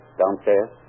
downstairs